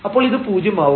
അപ്പോൾ ഇത് പൂജ്യമാവും